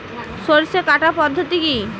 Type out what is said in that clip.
সরষে কাটার পদ্ধতি কি?